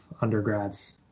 undergrads